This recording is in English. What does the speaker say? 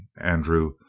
Andrew